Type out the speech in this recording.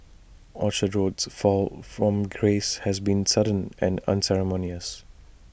Orchard Road's fall from grace has been sudden and unceremonious